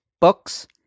books